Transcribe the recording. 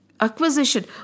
acquisition